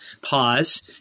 pause